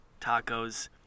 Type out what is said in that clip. tacos